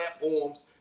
platforms